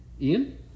Ian